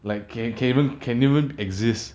like can can even can even exist